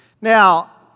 Now